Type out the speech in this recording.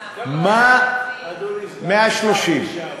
אדוני סגן השר לשעבר,